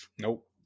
Nope